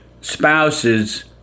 spouses